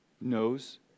knows